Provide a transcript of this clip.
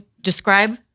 describe